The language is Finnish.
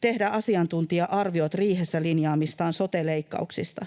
tehdä asiantuntija-arviot riihessä linjaamistaan sote-leikkauksista.